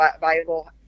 viable